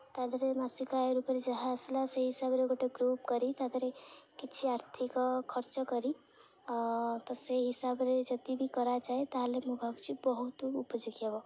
ତା'ଦେହରେ ମାସିକ ଆୟ ରୂପରେ ଯାହା ଆସିଲା ସେହି ହିସାବରେ ଗୋଟେ ଗ୍ରୁପ୍ କରି ତା'ଦେହରେ କିଛି ଆର୍ଥିକ ଖର୍ଚ୍ଚ କରି ତ ସେହି ହିସାବରେ ଯଦି ବି କରାଯାଏ ତା'ହେଲେ ମୁଁ ଭାବୁଛି ବହୁତ ଉପଯୋଗୀ ହେବ